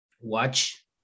watch